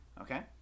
Okay